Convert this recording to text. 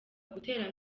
gutera